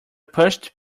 pushed